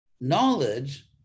knowledge